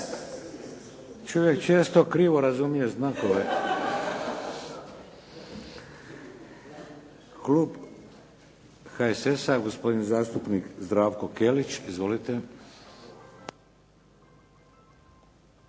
Čovjek često krivo razumije znakove. Klub HSS-a, gospodin zasutpnik Zdravko Kelić. Izvolite.